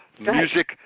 Music